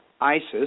ISIS